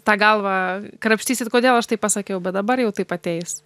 tą galvą krapštysit kodėl aš taip pasakiau bet dabar jau taip ateis